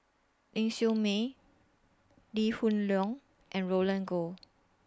Ling Siew May Lee Hoon Leong and Roland Goh